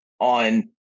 on